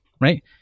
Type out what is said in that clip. right